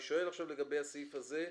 אני שואל לגבי הסעיף הזה.